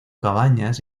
cabañas